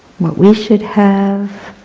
what we should have.